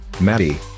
Maddie